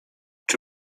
czy